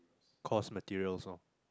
course materials lor